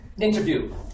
interview